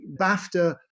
BAFTA